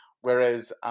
whereas